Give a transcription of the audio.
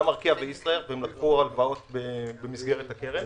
גם ארקיע וישראייר והם לקחו הלוואות במסגרת הקרן.